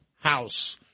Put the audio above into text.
House